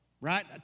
right